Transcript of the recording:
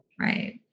Right